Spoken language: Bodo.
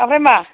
आमफ्राय मा